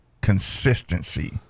consistency